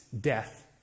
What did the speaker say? death